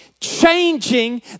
changing